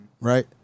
right